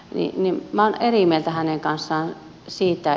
minä olen eri mieltä hänen kanssaan siitä